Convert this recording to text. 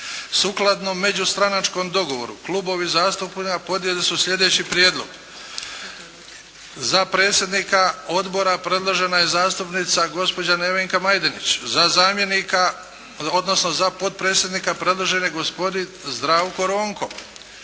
Sukladno međustranačkom dogovoru klubovi zastupnika podnijeli su slijedeći prijedlog: za predsjednika Odbora predložena je zastupnica gospođa Nevenka Majdenić, za zamjenika, odnosno za potpredsjednika predložen je gospodin Zdravko Ronko.